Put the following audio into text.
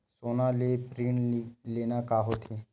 सोना ले ऋण लेना का होथे?